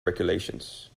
regulations